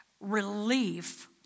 relief